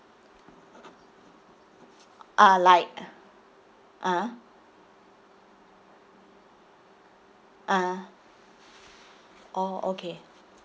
uh like ah ah oh okay